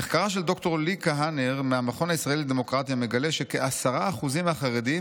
"מחקרה של ד"ר לי כהנר מהמכון הישראלי לדמוקרטיה מגלה שכ-10% מהחרדים